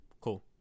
Cool